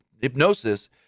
hypnosis